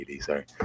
sorry